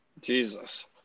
Jesus